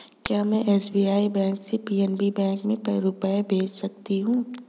क्या में SBI bank से पी.एन.बी में रुपये भेज सकती हूँ?